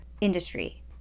industry